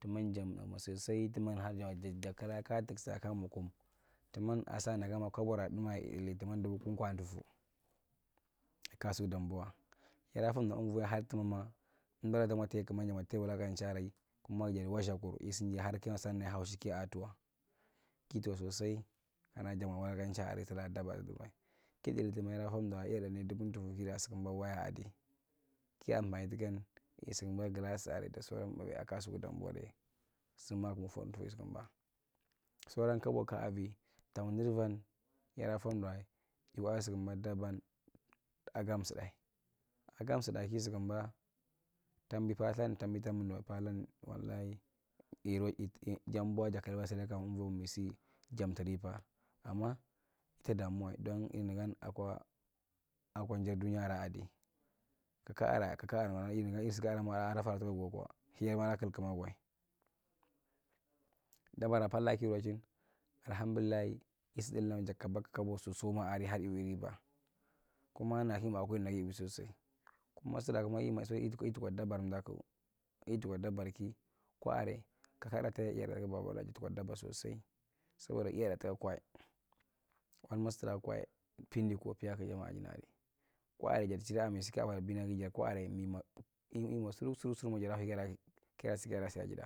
Tumman janwa tna sosai tumman har ja kulaa kaya tuksae kaya mwa kum tumma aa saadagamma kabora tnummai i dulli tumman dubu kum- kaatufu kaa suw dambuwa yada fomda umvian wa har tummanma emdura ta tai kumma ja mwa tai wulakanchi alai kuma ja wadza’kur isi jai har ki dangdi san kiatuwa ki tuwa sosai kana jammwa wulakanchi alai aray damua duwa ku dulli tuma yadda hondawa iyatno nai dubun tufu kila sukumba waya adai kia ampani tukan ki su kumb glass aray da sauran pbabe area akwa kasuku dambuwa dayi sukuma buhu fodu yi sukumba sauron kabo kaavi tamzir van yadaa fomdawae ci kwadda sukumba dabban agam tsudae agam sudae ki sukumba tamb pathun tambi taminduwae pathun wallahi janbwa jakileba suki ka mavwi wun nigan akwa jar dunya ara di kaka a kaka’arae nukana iri sugan ada faru tuka guwakwa hiyer ma adaa ki’l kimag wae. Dabba ra palth ra ki rochin alahamdullai isi kabak kabo sosai alai har iwi riba kuma na kimwa abohi dagan yiwi sosai kuma sura kama ki mwa ci itikwa dabbar dakwu ki tukwa dabbar ki kwa area kakaara toye babadawae dabbar ki sosai soboda iyada tikka kwa kwama sikatrawae pindi tukwa oiyaaku ajinnadi kwa area kwa area jar; a mai su ka bara binagi jar kwa area jar ki mwa susu su ma jara hui kaya raasu ajida.